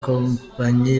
kompanyi